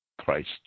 Christ